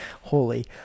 holy